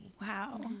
Wow